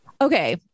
Okay